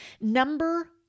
Number